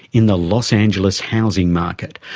in the los angeles housing market,